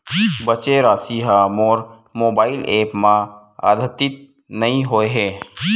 बचे राशि हा मोर मोबाइल ऐप मा आद्यतित नै होए हे